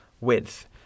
width